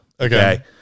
Okay